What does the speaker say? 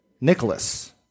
Nicholas